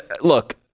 look